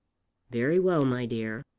very well, my dear.